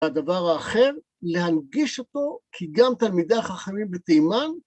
הדבר האחר להנגיש אותו כי גם תלמידי החכמים בתימן